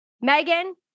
Megan